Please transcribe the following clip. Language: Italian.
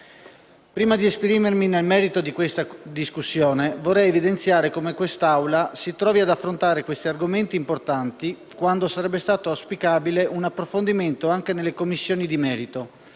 prima di esprimermi nel merito di questa discussione, vorrei evidenziare come l'Assemblea si trovi ad affrontare argomenti importanti quando sarebbe stato auspicabile un approfondimento anche nelle Commissioni di merito,